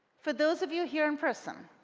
for those of you here in person,